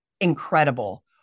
Incredible